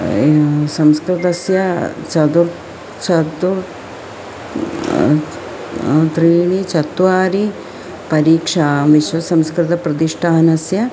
एवं संस्कृतस्य चतुर् चतुर् त्रीणि चत्वारि परीक्षा विश्वसंस्कृतप्रतिष्ठानस्य